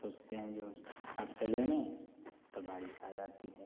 सोचते हैं जो अब चलेंगे तो बारिश आ जाती है